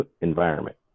environment